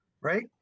Right